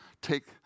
take